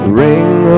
ring